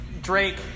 Drake